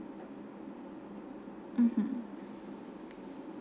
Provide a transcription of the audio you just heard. mmhmm